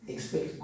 Expect